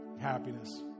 happiness